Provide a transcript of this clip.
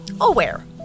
aware